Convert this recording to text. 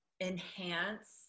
enhance